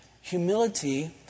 Humility